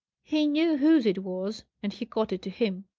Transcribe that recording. he knew whose it was, and he caught it to him.